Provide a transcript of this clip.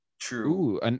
True